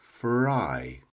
Fry